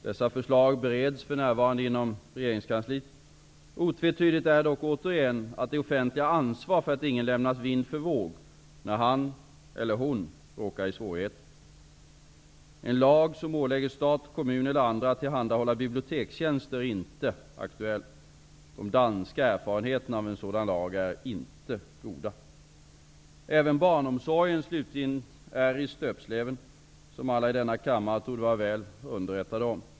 Dessa förslag bereds för närvarande inom regeringskansliet. Otvetydigt är dock återigen att det offentliga har ansvar för att ingen lämnas vind för våg när han eller hon råkar i svårigheter. En lag som ålägger stat, kommun eller andra att tillhandahålla bibliotekstjänster är inte aktuell. De danska erfarenheterna av en sådan lag är inte goda. Även barnomsorgen, slutligen, är i stöpsleven, som alla i denna kammare torde vara väl underrättade om.